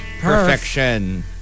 Perfection